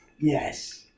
Yes